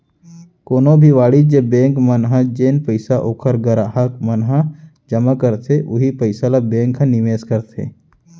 कोनो भी वाणिज्य बेंक मन ह जेन पइसा ओखर गराहक मन ह जमा करथे उहीं पइसा ल बेंक ह निवेस करथे